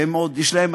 שיש להם,